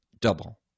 double